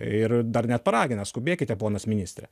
ir dar net paragina skubėkite ponas ministre